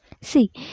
see